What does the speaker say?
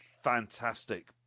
fantastic